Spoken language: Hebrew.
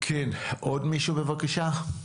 עוד מישהו בבקשה?